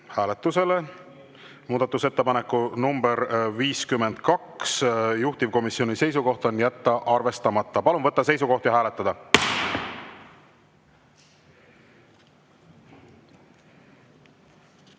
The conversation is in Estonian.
hääletusele muudatusettepaneku nr 53. Juhtivkomisjoni seisukoht on jätta see arvestamata. Palun võtta seisukoht ja hääletada!